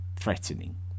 threatening